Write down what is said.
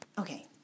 Okay